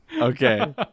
Okay